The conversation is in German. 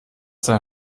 sein